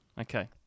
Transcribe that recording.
Okay